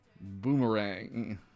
boomerang